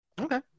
Okay